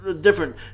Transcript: different